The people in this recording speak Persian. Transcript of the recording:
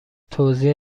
توزیع